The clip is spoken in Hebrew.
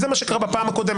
זה מה שקרה בפעם הקודמת,